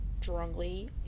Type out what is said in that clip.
strongly